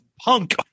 punk